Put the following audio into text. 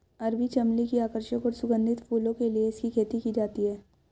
अरबी चमली की आकर्षक और सुगंधित फूलों के लिए इसकी खेती की जाती है